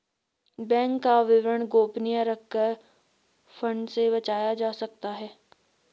bank का विवरण गोपनीय रखकर फ्रॉड से बचा जा सकता है